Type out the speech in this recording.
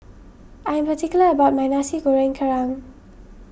I am particular about my Nasi Goreng Kerang